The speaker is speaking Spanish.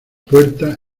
puerta